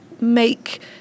make